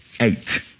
Eight